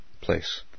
place